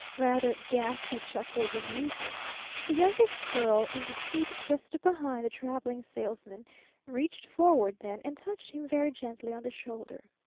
rather gaspy chuckle of amusement the youngish girl in the seat just behind the traveling salesman reached forward then and touched him very gently on the shoulder.